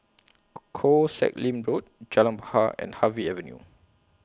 Koh Sek Lim Road Jalan Bahar and Harvey Avenue